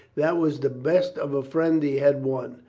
that was the best of a friend he had won.